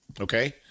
Okay